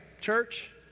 church